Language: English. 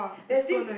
there's this